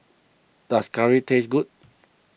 does Curry taste good